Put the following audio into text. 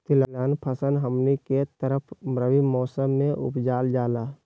तिलहन फसल हमनी के तरफ रबी मौसम में उपजाल जाला